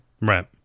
Right